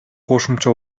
кошумча